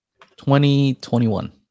2021